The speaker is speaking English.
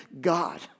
God